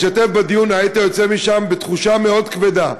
שאם היית משתתף בדיון היית יוצא משם בתחושה מאוד כבדה.